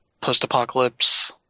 post-apocalypse